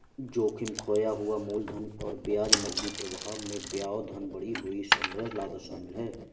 जोखिम, खोया हुआ मूलधन और ब्याज, नकदी प्रवाह में व्यवधान, बढ़ी हुई संग्रह लागत शामिल है